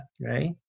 right